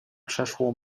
przeszło